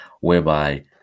whereby